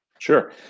Sure